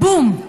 בום,